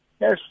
Yes